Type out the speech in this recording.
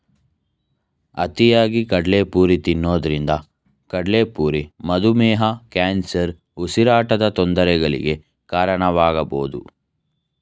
ಅತಿಯಾಗಿ ಕಡಲೆಪುರಿ ತಿನ್ನೋದ್ರಿಂದ ಕಡ್ಲೆಪುರಿ ಮಧುಮೇಹ, ಕ್ಯಾನ್ಸರ್, ಉಸಿರಾಟದ ತೊಂದರೆಗಳಿಗೆ ಕಾರಣವಾಗಬೋದು